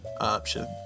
option